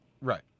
Right